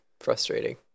frustrating